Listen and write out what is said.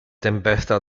tempesta